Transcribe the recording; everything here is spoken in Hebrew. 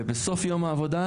ובסוף יום העבודה,